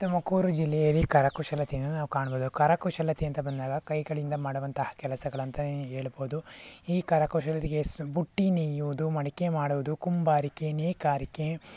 ತುಮಕೂರು ಜಿಲ್ಲೆಯಲ್ಲಿ ಕರಕುಶಲತೆಯನ್ನು ನಾವು ಕಾಣ್ಬೋದು ಕರಕುಶಲತೆ ಅಂತ ಬಂದಾಗ ಕೈಗಳಿಂದ ಮಾಡುವಂತಹ ಕೆಲಸಗಳಂತನೇ ಹೇಳ್ಬೋದು ಈ ಕರಕುಶಲತೆಗೆ ಸ್ ಬುಟ್ಟಿ ನೇಯುವುದು ಮಡಿಕೆ ಮಾಡುವುದು ಕುಂಬಾರಿಕೆ ನೇಕಾರಿಕೆ